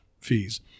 fees